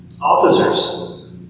Officers